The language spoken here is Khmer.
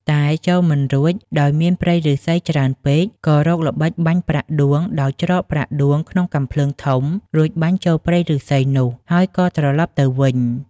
តែចូលមិនរួចដោយមានព្រៃឫស្សីច្រើនពេក ក៏រកល្បិចបាញ់ប្រាក់ដួងដោយច្រកប្រាក់ដួងក្នុងកាំភ្លើងធំ រួចបាញ់ចូលព្រៃឫស្សីនោះហើយក៏ត្រឡប់ទៅវិញ។